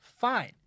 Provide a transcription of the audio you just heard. Fine